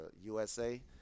USA